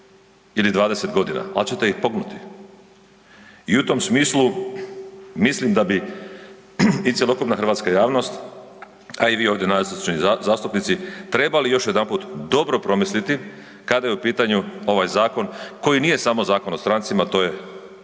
ili 20 godina, ali ćete ih pognuti. I u tom smislu mislim da bi i cjelokupna hrvatska javnost, a i vi ovdje nazočni zastupnici trebali još jedanput dobro promisliti kada je u pitanju ovaj zakon koji nije samo Zakon o strancima, to je Zakon